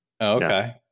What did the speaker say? okay